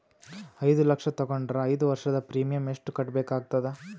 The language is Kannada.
ಐದು ಲಕ್ಷ ತಗೊಂಡರ ಐದು ವರ್ಷದ ಪ್ರೀಮಿಯಂ ಎಷ್ಟು ಕಟ್ಟಬೇಕಾಗತದ?